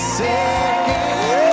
second